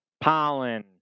pollen